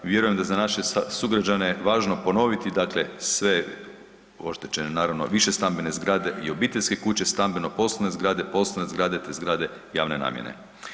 Vjerujem da za naše sugrađane je važno ponoviti, dakle sve oštećene, naravno, višestambene zgrade i obiteljske kuće, stambeno poslovne zgrade, poslovne zgrade te zgrade javne namjene.